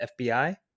FBI